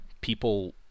people